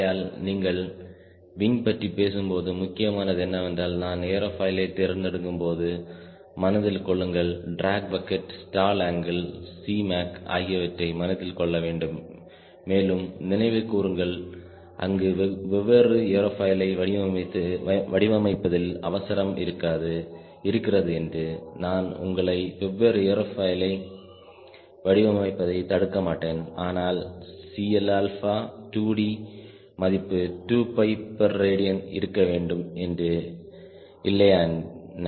ஆகையால் நீங்கள் விங் பற்றி பேசும் போது முக்கியமானது என்னவென்றால் நான் ஏரோபாயிலை தேர்ந்தெடுக்கும்போது மனதில் கொள்ளுங்கள் drag bucket stall angle Cmac ஆகியவற்றை மனதில் கொள்ள வேண்டும் மேலும் நினைவு கூறுங்கள் அங்கு வெவ்வேறு ஏரோபாயிலை வடிவமைப்பதில் அவசரம் இருக்கிறது என்று நான் உங்களை வெவ்வேறு ஏரோபாயிலை வடிவமைப்பதை தடுக்கமாட்டேன்ஆனால் Cl2d மதிப்பு 2π பெர் ரேடியன் இருக்க வேண்டும் என்று இல்லையா என்ன